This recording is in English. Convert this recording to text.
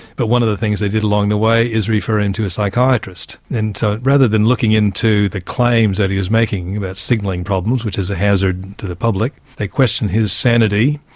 but one of the things they did along the way is refer him to a psychiatrist. and so rather than looking into the claims that he was making about signalling problems, which is hazard to the public, they questioned his sanity.